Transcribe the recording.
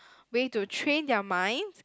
way to train their mind